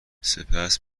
سپس